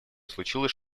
случилось